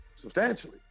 Substantially